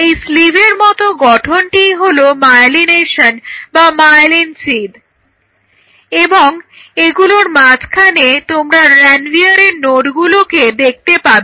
এই স্লিভের মত গঠনটিই হলো মায়েলিনেশন বা মায়োলিন সিদ এবং এগুলোর মাঝখানে তোমরা রানভিয়ারের নোডগুলোকে দেখতে পাবে